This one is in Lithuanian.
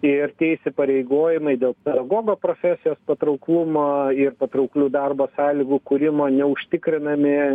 ir tie įsipareigojimai dėl pedagogo profesijos patrauklumo ir patrauklių darbo sąlygų kūrimo neužtikrinami